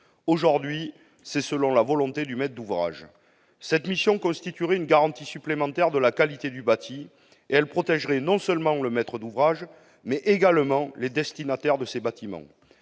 Aujourd'hui, cela dépend de la volonté du maître d'ouvrage. Cette mission constituerait une garantie supplémentaire de la qualité du bâti et elle protègerait non seulement le maître d'ouvrage, mais également les destinataires des bâtiments.